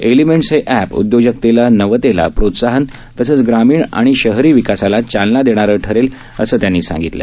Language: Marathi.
एलिमेंट्स हे एप उद्योजकतेला नवतेला प्रोत्साहन तसंच ग्रामीण आणि शहरी विकासाला चालना देणारं ठरलाअसं त्यांनी सांगितलं